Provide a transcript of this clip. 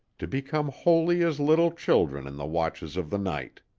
to become holy as little children in the watches of the night.